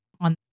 on